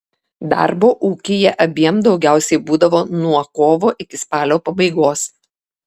darbo ūkyje abiem daugiausiai būdavo nuo kovo iki spalio pabaigos